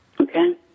okay